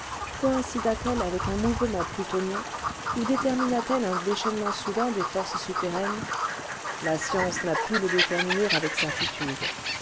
coïncida f elle avec un mouvement plutonien ou détermina t elle un déchaînement soudain des forces souterraines la science n'a pu le déterminer avecnertitûde